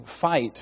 fight